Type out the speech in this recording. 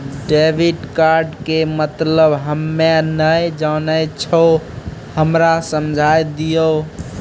Debit card के मतलब हम्मे नैय जानै छौ हमरा समझाय दियौ?